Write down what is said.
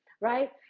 right